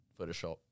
Photoshop